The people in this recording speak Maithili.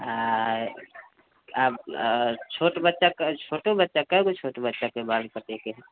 आ आ छोट बच्चाके छोटो बच्चा कएगो छोट बच्चाके बाल कटयके हइ